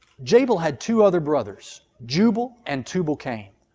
jabal had two other brothers, jubal and tubal-cain,